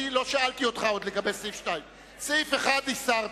אני לא שאלתי אותך עוד לגבי סעיף 2. סעיף 1 הסרת.